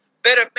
Better